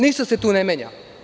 Ništa se tu ne menja.